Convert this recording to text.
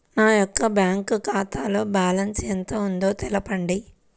నా యొక్క బ్యాంక్ ఖాతాలో బ్యాలెన్స్ ఎంత ఉందో తెలపండి?